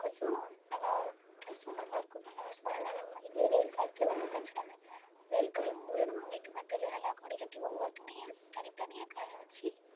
கொஞ்சம் நல்ல டிரெஸ் நல்லாயிருக்கும் நல்லா ஸ்மெல் நல்லா வரும் இதுவே வெயில் காலத்தில் ஒன்றும் பிரச்சனை இல்லை வெயில் காலங்கும்போது நம்ம வீட்டு மெத்தையில் நல்லா கொடிகட்டி ஒவ்வொரு துணியாக தனித்தனியாக காயவச்சு